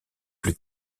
plus